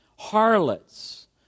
harlots